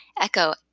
Echo